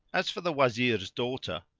as for the wazir's daughter,